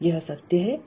यह सत्य है